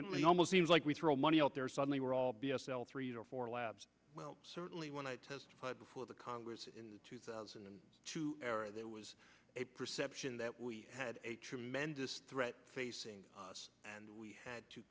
and almost seems like we throw money out there suddenly we're all b s l three or four labs certainly when i testified before the congress in two thousand and two there was a perception that we had a tremendous threat facing us and we had to